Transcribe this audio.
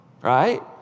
right